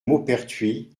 maupertuis